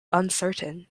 uncertain